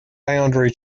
boundary